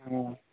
ہاں